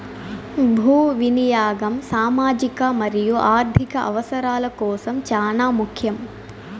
భూ వినియాగం సామాజిక మరియు ఆర్ధిక అవసరాల కోసం చానా ముఖ్యం